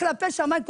איך כלפי שמיים,